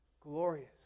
glorious